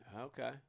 Okay